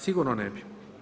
Sigurno ne bi.